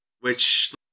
which-